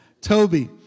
Toby